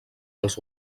els